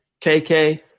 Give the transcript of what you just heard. KK